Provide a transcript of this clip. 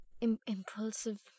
Impulsive